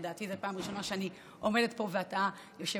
לדעתי זו פעם ראשונה שאני עומדת פה ואתה היושב-ראש,